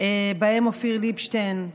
ובהם אופיר ליבשטיין,